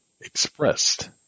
expressed